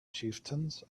chieftains